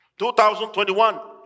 2021